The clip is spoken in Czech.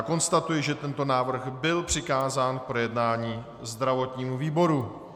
Konstatuji, že tento návrh byl přikázán k projednání zdravotnímu výboru.